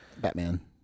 Batman